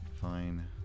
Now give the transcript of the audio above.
fine